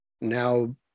Now